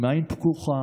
בעין פקוחה